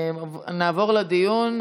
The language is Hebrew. נעבור לדיון.